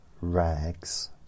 rags